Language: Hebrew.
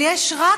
יש רק